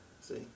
see